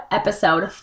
episode